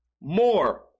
more